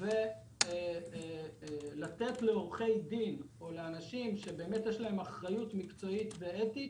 הוא לתת לעורכי דין או לאנשים שיש להם אחריות מקצועית ואתית